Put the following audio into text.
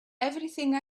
everything